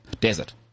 desert